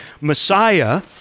Messiah